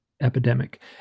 epidemic